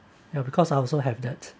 ya because I also have that